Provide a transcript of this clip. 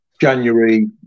January